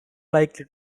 likely